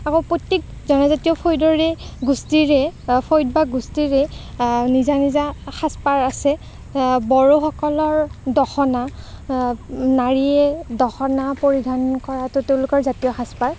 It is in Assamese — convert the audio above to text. আকৌ প্ৰত্যেক জনজাতীয় ফৈদৰে গোষ্ঠীৰে ফৈদ বা গোষ্ঠীৰে নিজা নিজা সাজ পাৰ আছে বড়োসকলৰ দখনা নাৰীয়ে দখনা পৰিধান কৰাটো তেওঁলোকৰ জাতীয় সাজ পাৰ